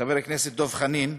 חבר הכנסת דב חנין,